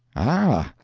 ah.